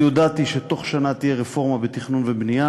אני הודעתי שתוך שנה תהיה רפורמה בתכנון ובבנייה,